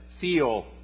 feel